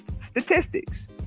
Statistics